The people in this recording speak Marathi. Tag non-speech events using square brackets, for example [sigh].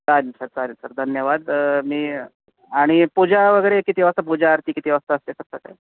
चालेल सर चालेल सर धन्यवाद मी आणि पूजा वगैरे किती वाजता पूजा आरती किती वाजता असते [unintelligible]